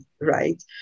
right